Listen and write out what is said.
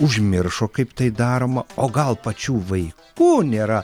užmiršo kaip tai daroma o gal pačių vaikų nėra